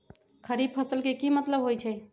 खरीफ फसल के की मतलब होइ छइ?